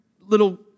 little